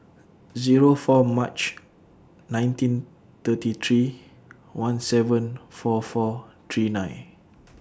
Zero four March nineteen thirty three one seven four four three nine